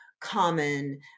common